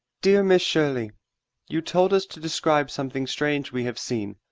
dear miss shirley you told us to describe something strange we have seen.